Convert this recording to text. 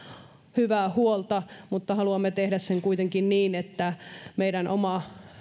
hyvää huolta mutta haluamme tehdä sen kuitenkin niin että meidän oma